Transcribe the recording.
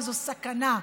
וזו סכנה.